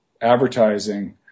advertising